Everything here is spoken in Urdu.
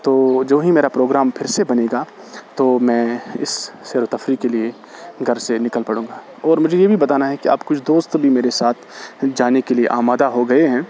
تو جوں ہی میرا پروگرام پھر سے بنے گا تو میں اس سیر و تفریح کے لیے گھر سے نکل پڑوں گا اور مجھے یہ بھی بتانا ہے اب کچھ دوست بھی میرے ساتھ جانے کے لیے آمادہ ہو گئے ہیں